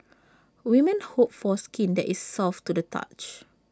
women hope for skin that is soft to the touch